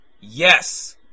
Yes